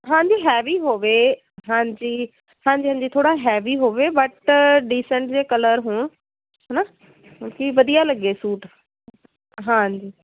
ਹਾਂਜੀ ਹੈਵੀ ਹੋਵੇ ਹਾਂਜੀ ਹਾਂਜੀ ਹਾਂਜੀ ਥੋੜ੍ਹਾ ਹੈਵੀ ਹੋਵੇ ਬੱਟ ਡੀਸੈਂਟ ਜਿਹੇ ਕਲਰ ਹੋਣ ਹੈ ਨਾ ਕਿਉਂਕਿ ਵਧੀਆ ਲੱਗੇ ਸੂਟ ਹਾਂਜੀ